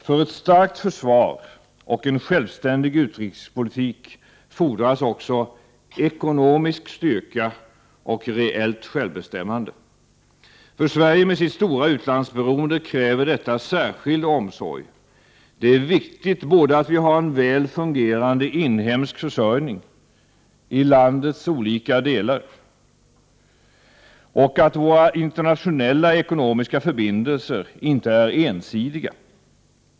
För ett starkt försvar och en självständig utrikespolitik fordras också ekonomisk styrka och reellt självbestämmande. För Sverige med sitt stora utlandsberoende kräver detta särskild omsorg. Det är viktigt både att vi har en väl fungerande inhemsk försörjning i landets olika delar och att våra internationella ekonomiska förbindelser inte är ensidiga.